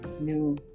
new